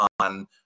on